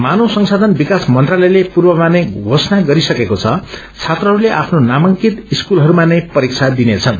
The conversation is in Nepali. मानव संशाधन विकास मन्त्रालयले पूर्वमा नै धोषणा गरिसकेको छ छात्रहस्ले आफ्नो नामाकिंत स्कूलहरूमा नै परीक्षा दिनेछन्